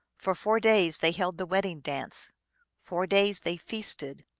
for four days they held the wedding dance four days they feasted.